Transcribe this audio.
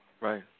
Right